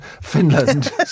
finland